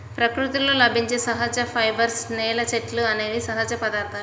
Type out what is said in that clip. ప్రకృతిలో లభించే సహజ ఫైబర్స్, నేల, చెట్లు అనేవి సహజ పదార్థాలు